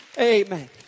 Amen